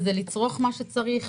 זה לצרוך מה שצריך,